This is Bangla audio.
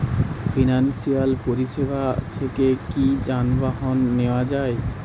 ফিনান্সসিয়াল পরিসেবা থেকে কি যানবাহন নেওয়া যায়?